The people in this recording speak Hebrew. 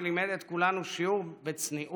שלימד את כולנו שיעור בצניעות,